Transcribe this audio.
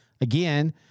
again